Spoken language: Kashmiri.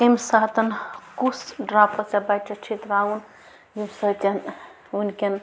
کَمہِ ساتَن کُس ڈرٛاپٕس ژےٚ بَچس چھی ترٛاوُن ییٚمہِ سۭتۍ وٕنۍکٮ۪ن